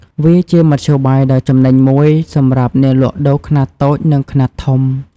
វាជាមធ្យោបាយដ៏ចំណេញមួយសម្រាប់អ្នកលក់ដូរខ្នាតតូចនិងខ្នាតធំ។